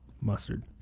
Mustard